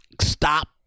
stop